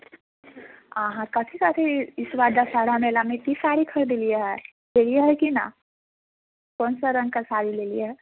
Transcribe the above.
अहाँ कथी कथी ईसबार दशहरा मेला मे की साड़ी खरिदलियैह लेलियै ह की ना कोनसा रङ्ग के साड़ी लेलियै